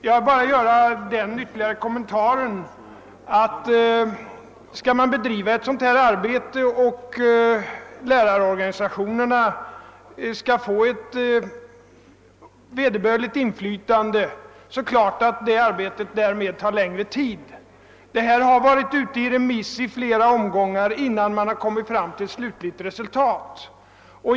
Jag vill bara göra den ytterligare kommentaren, att om lärarorganisationerna skall få vederbörligt inflytande över ett sådant här arbete, måste det ta längre tid. Materialet har varit ute på remiss i flera omgångar innan man har kommit fram till ett slutligt resultat.